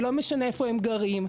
ולא משנה איפה הם גרים,